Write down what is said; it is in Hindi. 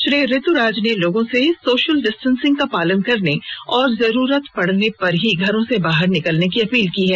श्री ऋतुराज ने लोगों से सोशल डिस्टेसिंग का पालन करें और जरूरत पड़ने पर ही घरों से बाहर निकलने की अपील की है